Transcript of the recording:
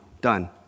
Done